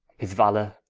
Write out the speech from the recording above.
his valour,